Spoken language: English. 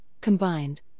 combined